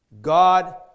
God